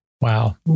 Wow